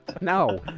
No